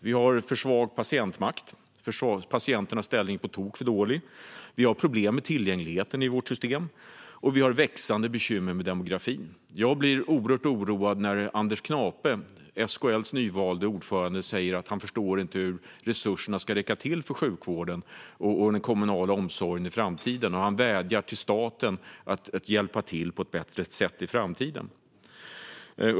Vi har en för svag patientmakt - patienternas ställning är på tok för dålig - vi har problem med tillgängligheten i vårt system och vi har växande bekymmer med demografin. Jag blir oerhört oroad när Anders Knape, SKL:s nyvalde ordförande, säger att han inte förstår hur resurserna ska räcka till för sjukvården och den kommunala omsorgen i framtiden. Han vädjar till staten att hjälpa till på ett bättre sätt i framtiden.